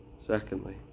secondly